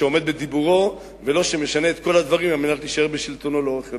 שעומד בדיבורו ולא משנה את כל הדברים כדי להישאר בשלטונו לאורך ימים.